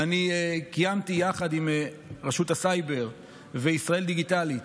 יחד עם רשות הסייבר וישראל דיגיטלית,